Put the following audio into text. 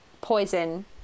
poison